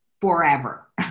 forever